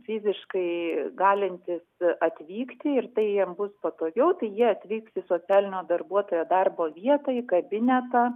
fiziškai galintys atvykti ir tai jiem bus patogiau tai jie atvyks į socialinio darbuotojo darbo vietą į kabinetą